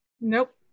Nope